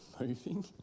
moving